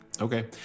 Okay